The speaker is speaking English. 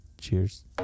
Cheers